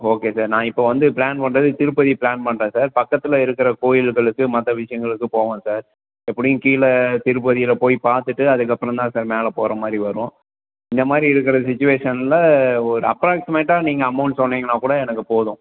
okay sir நான் இப்போ வந்து பிளான் பண்ணுறது திருப்பதிக்கு பிளான் பண்ணுறேன் சார் பக்கத்தில் இருக்கிற கோவில்களுக்கு மற்ற விஷயங்களுக்கு போவோம் சார் எப்படியும் கீழே திருப்பதியில் போய் பார்த்துவிட்டு அதுக்கு அப்புறம் தான் சார் மேலே போகிற மாதிரி வரும் இந்த மாதிரி இருக்கிற சுச்சுவேஷனில் ஒரு அப்ராக்ஸிமேட்டாக நீங்கள் அமௌன்ட் சொன்னிங்கன்னால் கூட எனக்கு போதும்